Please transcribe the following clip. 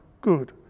good